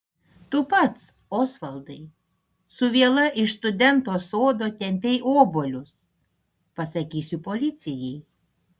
tu pats osvaldai su viela iš studento sodo tempei obuolius pasakysiu policijai